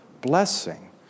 blessing